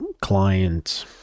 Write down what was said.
client